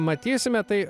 matysime tai